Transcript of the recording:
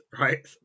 right